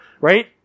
Right